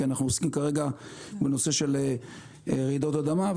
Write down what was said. כי אנחנו עוסקים כרגע בנושא של רעידות אדמה.